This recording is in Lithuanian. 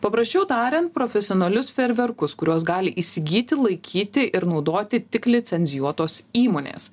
paprasčiau tariant profesionalius fejerverkus kuriuos gali įsigyti laikyti ir naudoti tik licencijuotos įmonės